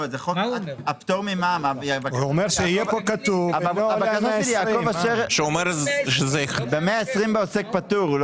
הפטור ממע"מ, הבקשה של יעקב אשר ל-120 בעוסק פטור.